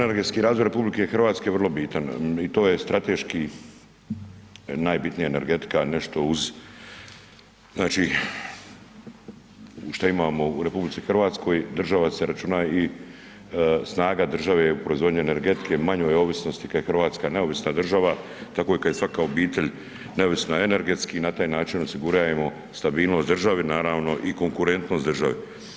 Energetski razvoj RH je vrlo bitan i to je strateški najbitnija energetika nešto uz znači uz šta imamo u RH, država se računa i, snaga države je u proizvodnji energetike, manjoj ovisnosti kad je RH neovisna država, tako i kad je svaka obitelj neovisna energetski na taj način osigurajemo stabilnost države, naravno i konkurentnost države.